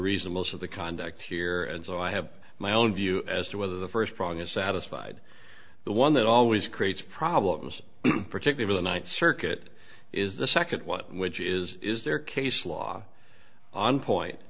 reason most of the conduct here and so i have my own view as to whether the first prong is satisfied the one that always creates problems particularly ninth circuit is the second one which is is there case law on point